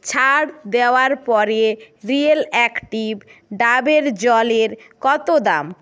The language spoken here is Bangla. ছাড় দেওয়ার পরে রিয়েল অ্যাকটিভ ডাবের জলের কতো দাম